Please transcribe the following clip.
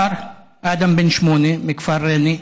אדם, בן שמונה, מכפר ריינה,